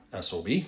SOB